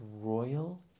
royal